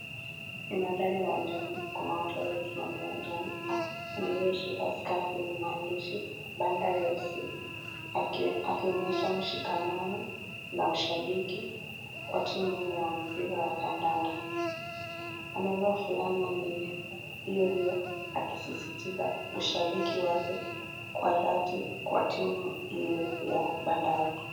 Nimeangalia uwanjani kuna watu waliosimama uwanjani. Wamekaa kwenye stendi na waandishi. Bandari FC. Akionyesha mshikamano na ushabiki kwa timu hiyo ya mpira wa kandanda. Amevaa fulana yenye nembo, hiyo hiyo akisisitiza ushabiki wake kwa dhati kwa timu hiyo ya bandari.